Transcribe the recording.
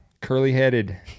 curly-headed